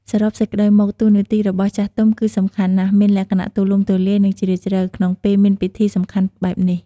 សរុបសេចក្តីមក តួនាទីរបស់ចាស់ទុំគឺសំខាន់ណាស់ មានលក្ខណៈទូលំទូលាយ និងជ្រាលជ្រៅ ក្នុងពេលមានពិធីសំខាន់បែបនេះ។